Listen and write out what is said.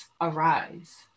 arise